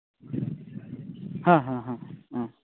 ᱦᱮᱸ ᱦᱮᱸ